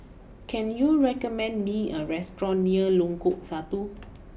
can you recommend me a restaurant near Lengkong Satu